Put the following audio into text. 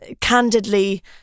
candidly